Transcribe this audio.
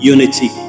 Unity